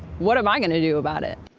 what am i gonna do about it?